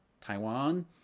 Taiwan